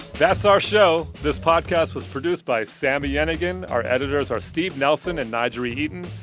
that's our show. this podcast was produced by sami yenigun. our editors are steve nelson and n'jeri eaton.